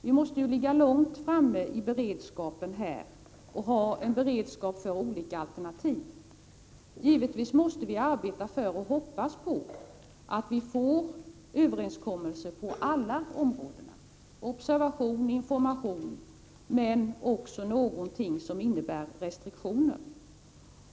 Vi måste ligga långt framme i beredskapen här, också för olika alternativ. Givetvis måste vi arbeta för och hoppas på att vi får överenskommelser på alla områden, när det gäller observation och information, men också någonting som innebär restriktioner.